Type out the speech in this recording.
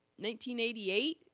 1988